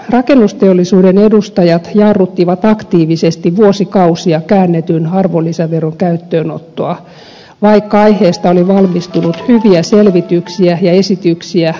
rakennusteollisuuden edustajat jarruttivat aktiivisesti vuosikausia käännetyn arvonlisäveron käyttöönottoa vaikka aiheesta oli valmistunut hyviä selvityksiä ja esityksiä vuosia aiemmin